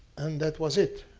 and that was it.